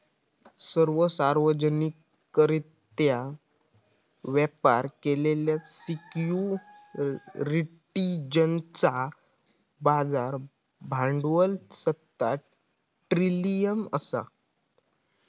सर्व सार्वजनिकरित्या व्यापार केलेल्या सिक्युरिटीजचा बाजार भांडवल सात ट्रिलियन असा